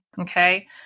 Okay